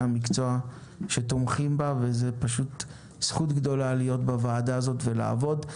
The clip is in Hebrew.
המקצוע שתומכים בה וזאת פשוט זכות גדולה להיות בוועדה הזאת ולעבוד.